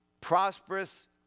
prosperous